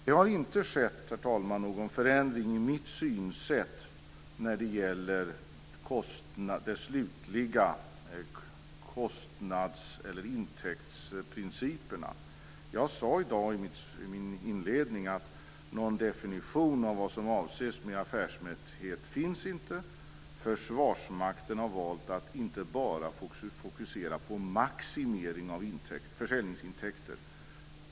Det har inte skett någon förändring i mitt synsätt när det gäller kostnads och intäktsprinciperna. Jag sade i dag i min inledning att någon definition av vad som avses med affärsmässighet finns inte. Försvarsmakten har valt att inte bara fokusera på maximering av försäljningsintäkter.